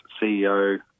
CEO